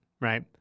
right